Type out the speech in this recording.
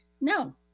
No